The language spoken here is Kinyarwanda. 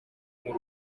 muri